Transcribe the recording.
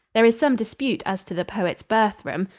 there is some dispute as to the poet's birthroom.